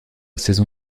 saison